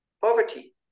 poverty